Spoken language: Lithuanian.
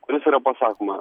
kuris yra pasakoma